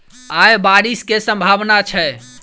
आय बारिश केँ सम्भावना छै?